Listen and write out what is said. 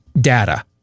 data